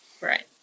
Right